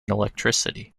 electricity